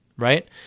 Right